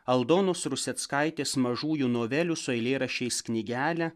aldonos ruseckaitės mažųjų novelių su eilėraščiais knygelę